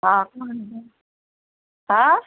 आं आं